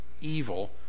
evil